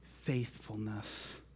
faithfulness